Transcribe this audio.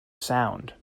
sound